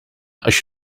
als